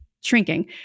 shrinking